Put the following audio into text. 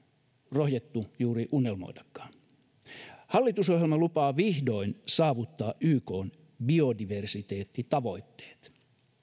rohjettu juuri unelmoidakaan hallitusohjelma lupaa vihdoin saavuttaa ykn biodiversiteettitavoitteet